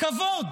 כבוד